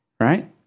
right